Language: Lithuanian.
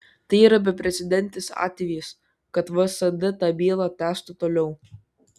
tai yra beprecedentis atvejis kad vsd tą bylą tęstų toliau